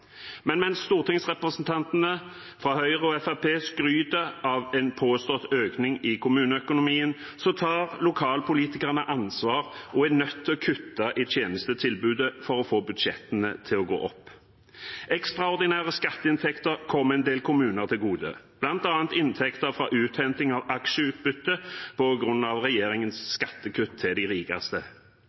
Men mens stortingsrepresentantene fra Høyre og Fremskrittspartiet skryter av en påstått økning i kommuneøkonomien, tar lokalpolitikerne ansvar og er nødt til å kutte i tjenestetilbudet for å få budsjettene til å gå opp. Ekstraordinære skatteinntekter kom en del kommuner til gode, bl.a. inntekter fra uthenting av aksjeutbytte på grunn av regjeringens skattekutt til de rikeste.